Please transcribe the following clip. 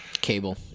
Cable